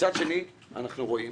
מצד שני, אנחנו רואים